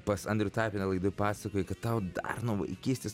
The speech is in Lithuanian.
pas andrių tapiną laidoj pasakojai kad tau dar nuo vaikystės